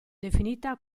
definita